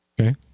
Okay